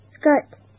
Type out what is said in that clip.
skirt